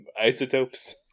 isotopes